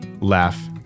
laugh